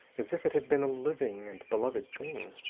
as if it had been a living and beloved thing.